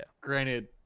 Granted